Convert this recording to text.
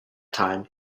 time